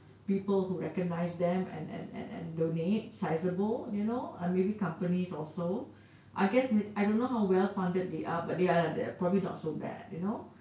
people who recognise them and and and and donate sizable you know maybe companies or so I guess I don't know how well funded they are but they probably aren't so bad you know